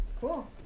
cool